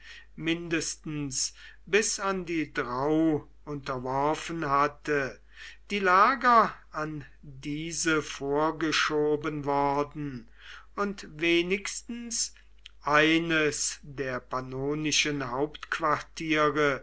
mindestens bis an die drau unterworfen hatte die lager an diese vorgeschoben worden und wenigstens eines der pannonischen hauptquartiere